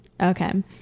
okay